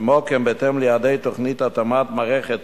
כמו כן, בהתאם ליעדי תוכנית התאמת מערכת